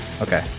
Okay